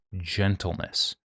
gentleness